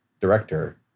director